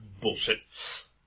Bullshit